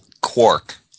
Quark